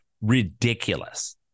ridiculous